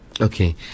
Okay